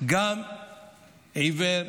גם עיוור,